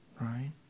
Right